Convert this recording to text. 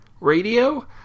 radio